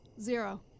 Zero